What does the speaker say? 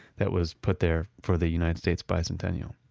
that was put there for the united states bicentennial.